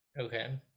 Okay